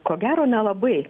ko gero nelabai